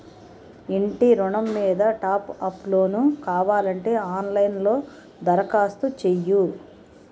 ఇంటి ఋణం మీద టాప్ అప్ లోను కావాలంటే ఆన్ లైన్ లో దరఖాస్తు చెయ్యు